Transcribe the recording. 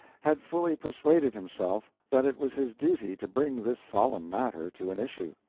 had fully persuaded himself that it was his duty to bring this solemn matter to an issue.